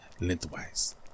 lengthwise